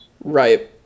Right